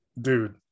Dude